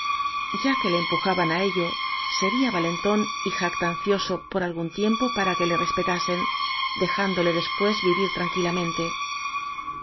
ya que le em pujaban á ello sería valentón y jactancioso por algún tiempo para que le respetasen dejándo le después vivir tranquilamente